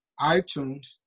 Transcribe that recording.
itunes